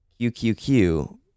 QQQ